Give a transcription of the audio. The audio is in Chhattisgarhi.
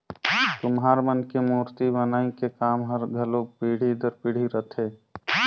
कुम्हार मन के मूरती बनई के काम हर घलो पीढ़ी दर पीढ़ी रहथे